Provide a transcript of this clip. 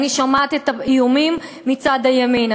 אני שומעת את האיומים מצד הימין,